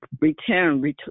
return